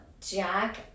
Jack